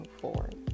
forward